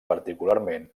particularment